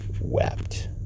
wept